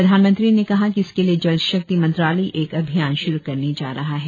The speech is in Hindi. प्रधानमंत्री ने कहा कि इसके लिए जल शक्ति मंत्रालय एक अभियान श्रू करने जा रहा है